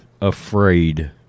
afraid